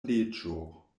leĝo